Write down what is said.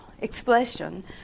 expression